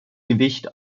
gewicht